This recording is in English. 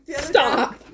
Stop